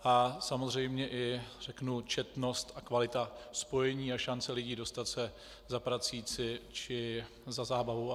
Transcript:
A samozřejmě i řeknu četnost a kvalita spojení a šance lidí dostat se za prací či za zábavou atp.